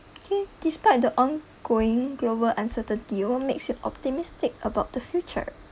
think despite the ongoing global uncertainty what makes you optimistic about the future